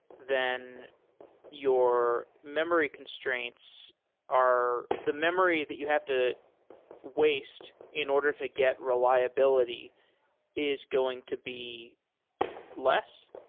then your memory constraints are the memory that you have to waste in order to get reliability is going to be less?